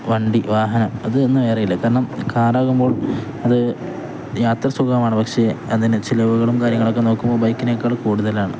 വണ്ടി വാഹനം അതൊന്നു വേറെയില്ല കാരണം കാറാകുമ്പോൾ അതു യാത്ര സുഖമാണ് പക്ഷെ അതിനു ചിലവുകളും കാര്യങ്ങളൊക്കെ നോക്കുമ്പോള് ബൈക്കിനേക്കാള് കൂടുതലാണ്